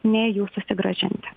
nei jų susigrąžinti